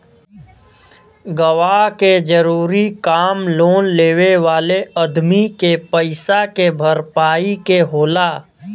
गवाह के जरूरी काम लोन लेवे वाले अदमी के पईसा के भरपाई के होला